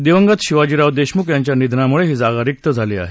दिवंगत शिवाजीराव देशमुख यांच्या निधनामुळे ही जागा रिक्त झाली आहे